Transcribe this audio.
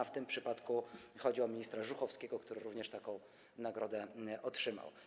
W tym przypadku chodzi o ministra Żuchowskiego, który również taką nagrodę otrzymał.